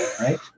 right